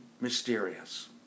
mysterious